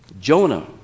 Jonah